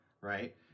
Right